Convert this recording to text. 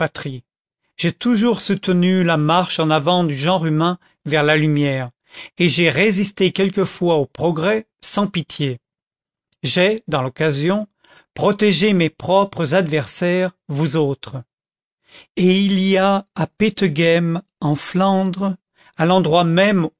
j'ai toujours soutenu la marche en avant du genre humain vers la lumière et j'ai résisté quelquefois au progrès sans pitié j'ai dans l'occasion protégé mes propres adversaires vous autres et il y a à peteghem en flandre à l'endroit même